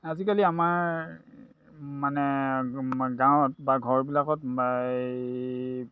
আজিকালি আমাৰ মানে গাঁৱত বা ঘৰবিলাকত এই